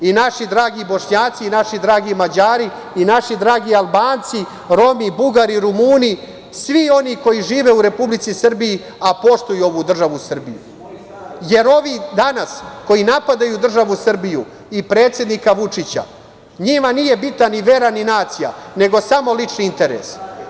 Naši dragi Bošnjaci i naši dragi Mađari i naši dragi Albanci, Romi, Bugari, Rumuni, svi oni koji žive u Republici Srbiji, a poštuju ovu državu Srbiju, jer ovi danas koji napadaju državu Srbiju i predsednika Vučića, njima nije bitna ni vera ni nacija, nego samo lični interes.